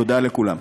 תודה לכולם.